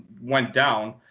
went down.